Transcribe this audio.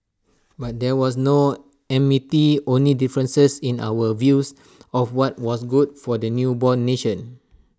but there was no enmity only differences in our views of what was good for the newborn nation